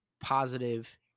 positive